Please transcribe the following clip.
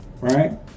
right